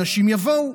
אנשים יבואו.